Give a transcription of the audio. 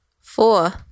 Four